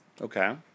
Okay